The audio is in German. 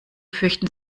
fürchten